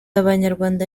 abanyarwanda